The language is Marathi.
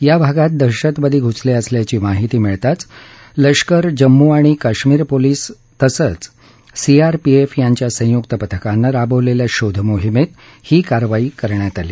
या भागात दहशतवादी घुसले असल्याची माहिती मिळताच लष्कर जम्मू आणि काश्मीर पोलीस आणि सीआरपीएफ यांच्या संयुक पथकानं राबवलेल्या शोधमोहिमेत ही कारवाई करण्यात आली